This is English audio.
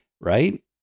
right